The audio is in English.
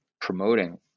promoting